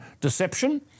deception